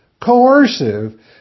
coercive